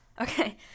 Okay